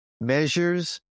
measures